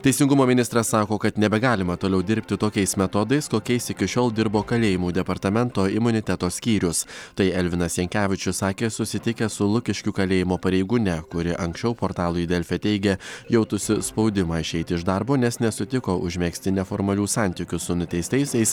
teisingumo ministras sako kad nebegalima toliau dirbti tokiais metodais kokiais iki šiol dirbo kalėjimų departamento imuniteto skyrius tai elvinas jankevičius sakė susitikęs su lukiškių kalėjimo pareigūne kuri anksčiau portalui delfi teigė jautusi spaudimą išeiti iš darbo nes nesutiko užmegzti neformalių santykių su nuteistaisiais